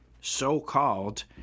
so-called